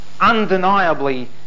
undeniably